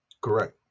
Correct